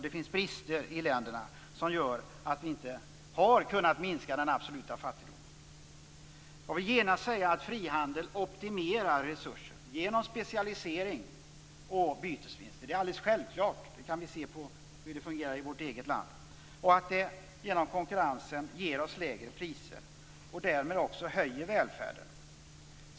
Det finns brister hos dessa länder som gör att denna absoluta fattigdom inte har kunnat minskas. Frihandeln optimerar resurser genom specialisering och bytesvinster. Det är alldeles självklart, och vi kan se på hur det fungerar i vårt eget land. Konkurrensen ger oss lägre priser, och därmed höjs välfärden.